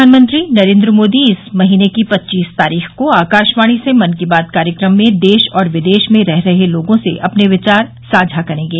प्रधानमंत्री नरेन्द्र मोदी इस महीने की पच्चीस तारीख को आकाशवाणी से मन की बात कार्यक्रम में देश और विदेश में रह रहे लोगों से अपने विचार साझा करेंगे